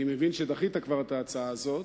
אני מבין שכבר דחית את ההצעה הזאת,